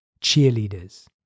cheerleaders